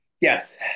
Yes